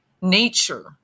nature